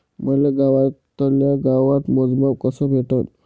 मले गावातल्या गावात मोजमाप कस भेटन?